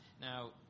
Now